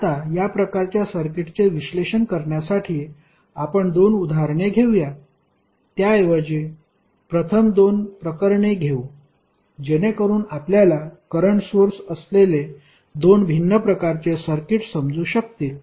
आता या प्रकारच्या सर्किटचे विश्लेषण करण्यासाठी आपण दोन उदाहरणे घेऊया त्याऐवजी प्रथम दोन प्रकरणे घेऊ जेणेकरून आपल्याला करंट सोर्स असलेले दोन भिन्न प्रकारचे सर्किट समजू शकतील